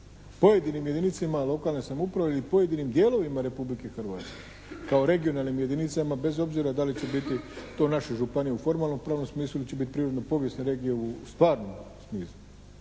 pojedinim jedinicama lokalne samouprave ili pojedinim dijelovima Republike Hrvatske kao regionalnim jedinicama bez obzira da li će biti to naše županije u formalnopravnom smislu ili će biti prirodno-povijesne regije u stvarnom smislu.